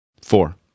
Four